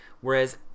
Whereas